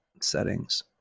settings